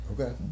Okay